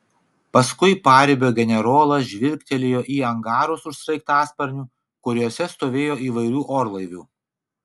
paskui paribio generolas žvilgtelėjo į angarus už sraigtasparnių kuriuose stovėjo įvairių orlaivių